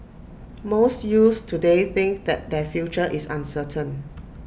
most youths today think that their future is uncertain